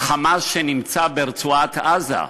ה"חמאס" שנמצא ברצועת-עזה.